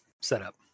setup